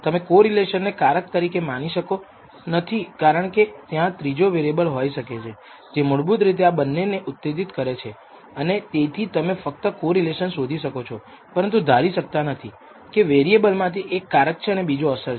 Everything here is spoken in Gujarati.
તમે કોરિલેશનને કારક તરીકે માની શકો નથી કારણ કે ત્યાં ત્રીજો વેરીએબલ હોઈ શકે છે જે મૂળભૂત રીતે આ બંને ને ઉત્તેજિત કરે છે અને તેથી તમે ફક્ત કોરિલેશન શોધી શકો છો પરંતુ ધારી શકતા નથી કે વેરીએબલ માંથી એક કારક છે અને બીજો અસર છે